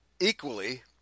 equally